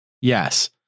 Yes